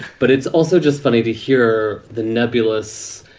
but it's also just funny to hear the nebulous,